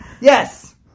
yes